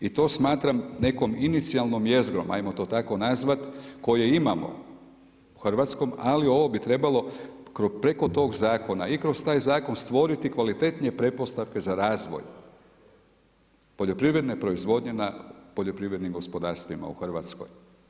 I to smatram nekom inicijalnom jezgrom hajmo to tako nazvati koje imamo u hrvatskom, ali ovo bi trebalo preko tog zakona i kroz taj zakon stvoriti kvalitetnije pretpostavke za razvoj poljoprivredne proizvodnje na poljoprivrednim gospodarstvima u Hrvatskoj.